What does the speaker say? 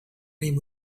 name